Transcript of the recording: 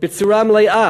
בצורה מלאה